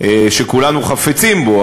שכולנו חפצים בו,